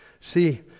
See